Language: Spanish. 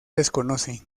desconoce